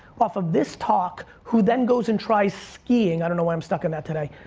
off of this talk, who then goes and tries skiing, i don't know why i'm stuck on that today,